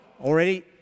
Already